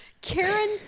karen